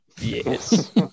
yes